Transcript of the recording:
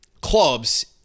clubs